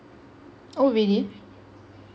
oh really